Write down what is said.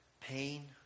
pain